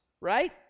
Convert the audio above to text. right